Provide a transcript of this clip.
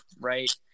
right